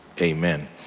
Amen